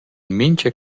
mincha